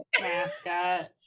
Mascot